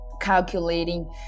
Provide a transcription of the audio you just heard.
calculating